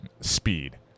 speed